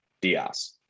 Diaz